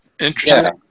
Interesting